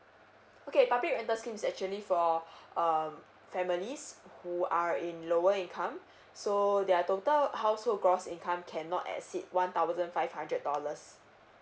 okay public rental scheme is actually for um families who are in lower income so their total household gross income cannot exceed one thousand five hundred dollars